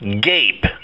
Gape